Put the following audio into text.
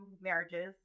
marriages